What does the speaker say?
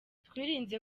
twirinze